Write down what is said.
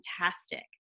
fantastic